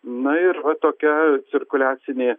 na ir va tokia cirkuliacinė